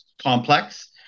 complex